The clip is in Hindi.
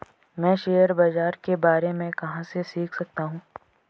मैं शेयर बाज़ार के बारे में कहाँ से सीख सकता हूँ?